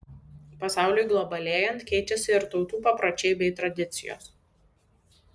pasauliui globalėjant keičiasi ir tautų papročiai bei tradicijos